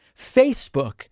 Facebook